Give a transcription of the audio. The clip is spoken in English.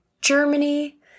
Germany